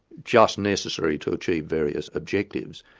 just necessary to achieve various objectives,